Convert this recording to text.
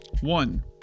one